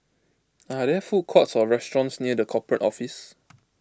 are there food courts or restaurants near the Corporate Office